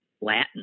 Latin